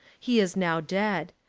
he is now dead.